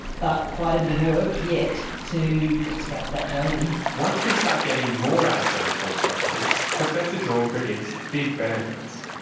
but quite a bit of work yet to extract that value. once we start getting more out of those health records, professor jorm predicts big benefits.